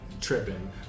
Tripping